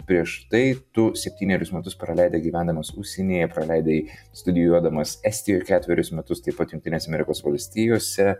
prieš tai tu septynerius metus praleido gyvendamas užsienyje praleidai studijuodamas estijoje ketverius metus taip pat jungtinėse amerikos valstijose